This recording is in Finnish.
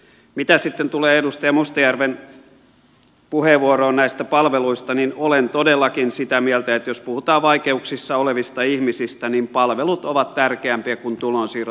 mitä sitten tulee edustaja mustajärven puheenvuoroon näistä palveluista niin olen todellakin sitä mieltä että jos puhutaan vaikeuksissa olevista ihmisistä niin palvelut ovat tärkeämpiä kuin tulonsiirrot